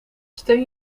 steun